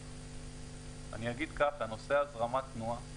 אני אגיד ככה, נושא הזרמת התנועה,